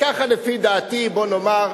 ככה לפי דעתי, בוא נאמר,